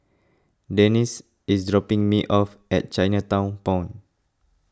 Denice is dropping me off at Chinatown Point